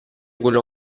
quello